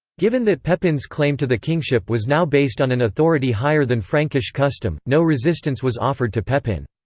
given that pepin's claim to the kingship was now based on an authority higher than frankish custom, no resistance was offered to pepin.